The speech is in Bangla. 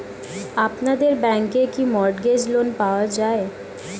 আপনাদের ব্যাংকে কি মর্টগেজ লোন পাওয়া যায়?